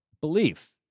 belief